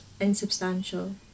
insubstantial